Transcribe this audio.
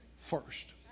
first